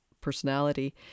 personality